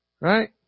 Right